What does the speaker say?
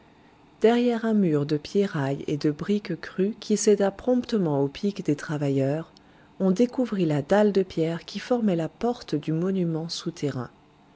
derrière un mur de pierrailles et de briques crues qui céda promptement au pic des travailleurs on découvrit la dalle de pierre qui formait la porte du monument